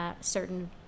certain